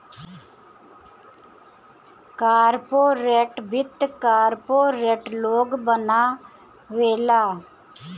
corporate वित्त corporate लोग बनावेला